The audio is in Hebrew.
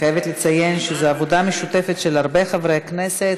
חייבת לציין שזו עבודה משותפת של הרבה חברי כנסת,